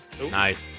Nice